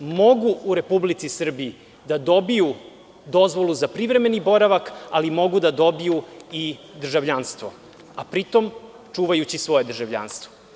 mogu u Republici Srbiji da dobiju dozvolu za privremeni boravak, ali mogu da dobiju i državljanstvo, a pritom čuvajući svoje državljanstvo.